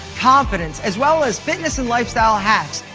confidence, as well as fitness and lifestyle hacks.